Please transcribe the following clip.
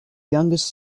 youngest